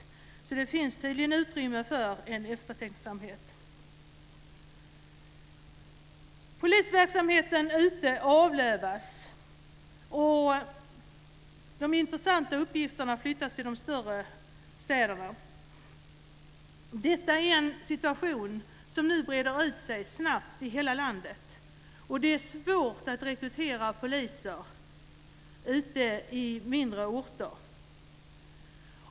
Det finns tydligen utrymme för en eftertänksamhet. Polisverksamheten ute i landet avlövas. De intressanta uppgifterna flyttas till de större städerna. Detta är en situation som nu breder ut sig snabbt i hela landet. Det är svårt att rekrytera poliser ute i mindre orter.